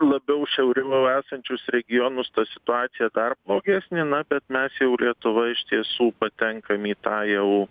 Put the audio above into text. labiau šiauriau esančius regionus ta situacija dar blogesnė na bet mes jau lietuva iš tiesų patenkam į tą jau